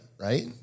right